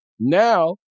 Now